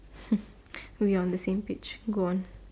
we are on the same page go on